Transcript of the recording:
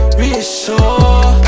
reassure